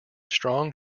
strong